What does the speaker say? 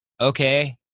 okay